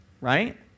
right